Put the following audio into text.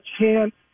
chance